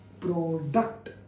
Product